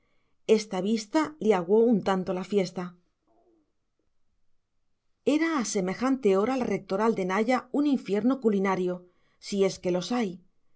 esta vista le aguó un tanto la fiesta era a semejante hora la rectoral de naya un infierno culinario si es que los hay